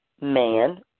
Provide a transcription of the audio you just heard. man